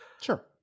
Sure